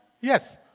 Yes